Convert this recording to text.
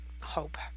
hope